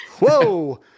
Whoa